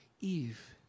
Eve